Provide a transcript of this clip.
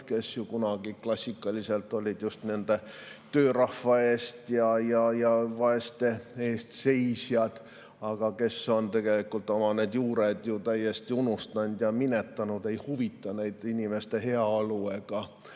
kes kunagi klassikaliselt olid just töörahva ja vaeste eest seisjad, aga kes on oma juured täiesti unustanud ja minetanud, ei huvita neid inimeste heaolu ega